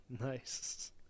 Nice